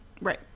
Right